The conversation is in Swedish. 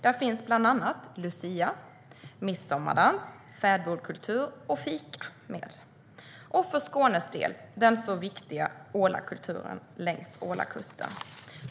Där finns bland annat lucia, midsommardans, fäbodkultur, fika och den för Skånes del så viktiga ålakulturen längs ålakusten.